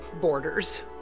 borders